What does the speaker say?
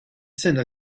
sena